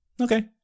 okay